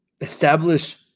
establish